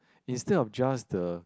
instead of just the